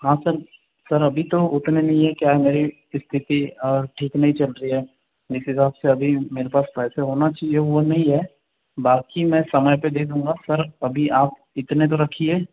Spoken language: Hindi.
हाँ सर सर अभी तो उतने नहीं हैं क्या है मेरी स्थिती ठीक नहीं चल रही है जिस हिसाब से अभी मेरे पास पैसे होना चाहिए वो नहीं है बाकी मैं समय पे दे दूंगा सर अभी आप इतने तो रखिए